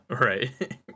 Right